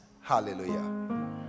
hallelujah